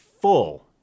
full